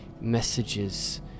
messages